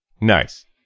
Nice